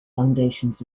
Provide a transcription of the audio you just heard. foundations